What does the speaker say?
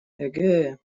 эге